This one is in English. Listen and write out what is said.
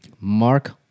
Mark